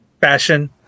fashion